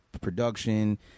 production